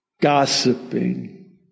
gossiping